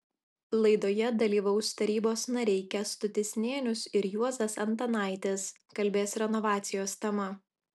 laidoje dalyvaus tarybos nariai kęstutis nėnius ir juozas antanaitis kalbės renovacijos tema